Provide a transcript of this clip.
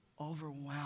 Overwhelmed